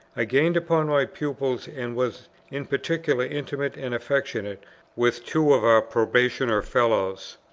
i gained upon my pupils, and was in particular intimate and affectionate with two of our probationer fellows,